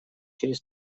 через